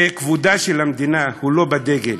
שכבודה של המדינה הוא לא בדגל.